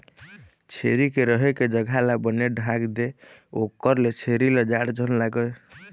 छेरी के रहें के जघा ल बने ढांक दे जेखर ले छेरी ल जाड़ झन लागय